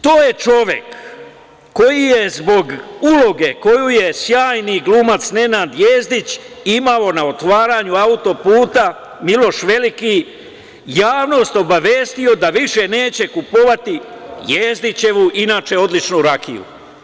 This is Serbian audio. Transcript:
To je čovek koji je zbog uloge koju je sjajni glumac Nenad Jezdić imao na otvaranju autoputa „Miloš Veliki“ javnost obavestio da više neće kupovati Jezdićevu, inače, odličnu rakiju.